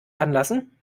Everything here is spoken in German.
anlassen